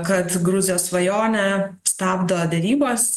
kad gruzijos svajonė stabdo derybas